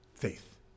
faith